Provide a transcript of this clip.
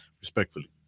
respectfully